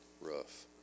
rough